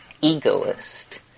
egoist